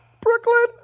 Brooklyn